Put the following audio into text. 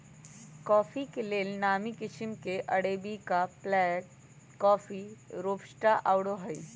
coffee के लेल नामी किशिम में अरेबिका, ब्लैक कॉफ़ी, रोबस्टा आउरो हइ